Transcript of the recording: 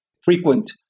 frequent